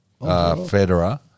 Federer